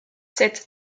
cette